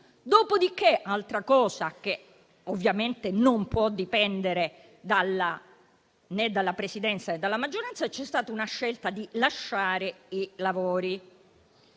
dopodiché, altra cosa che ovviamente non può dipendere né dalla Presidenza né dalla maggioranza, c'è stata una scelta di lasciare i lavori.